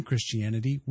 Christianity